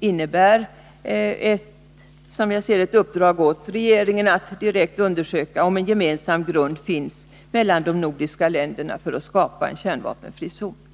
innebär ett uppdrag åt regeringen att direkt undersöka om en gemensam grund finns mellan de nordiska länderna för att skapa en kärnvapenfri zon i Norden.